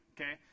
okay